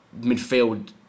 midfield